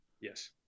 Yes